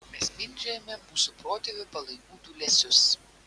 mes mindžiojame mūsų protėvių palaikų dūlėsius